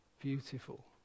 beautiful